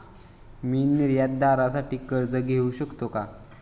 मी निर्यातदारासाठी कर्ज घेऊ शकतो का?